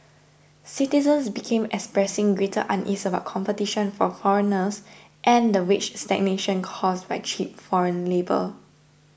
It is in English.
citizens began expressing greater unease about competition from foreigners and the wage stagnation caused by cheap foreign labour